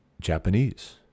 Japanese